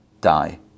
die